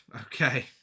Okay